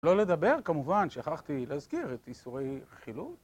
לא לדבר כמובן, שכחתי להזכיר את הייסורי החילות